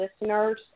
listeners